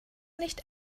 nicht